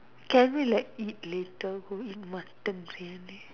can we like eat later go eat mutton briyani